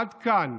עד כאן.